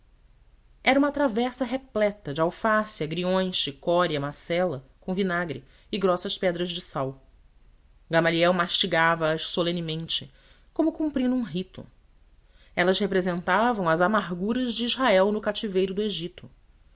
era uma travessa repleta de alface agriões chicória macela com vinagre e grossas pedras de sal gamaliel mastigava as solenemente como cumprindo um rito elas representavam as amarguras de israel no cativeiro do egito